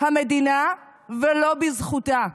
המדינה ולא בזכותה.